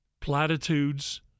Platitudes